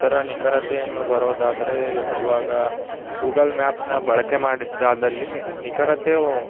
ಅದರ ನಿಖರತೆಯನ್ನು ಬರೋದಾದರೆ ಇವಾಗ ಗೂಗಲ್ ಮ್ಯಾಪನ್ನ ಬಳಕೆ ಮಾಡಿದ್ದಾದಲ್ಲಿ ನಿಖರತೆ